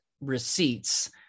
receipts